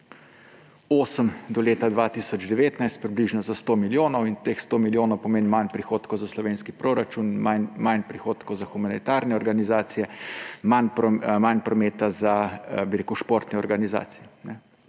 2008 do leta 2019, približno za 100 milijonov. In teh 100 milijonov pomeni manj prihodkov za slovenski proračun, manj prihodkov za humanitarne organizacije, manj prometa za športne organizacije.